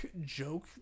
joke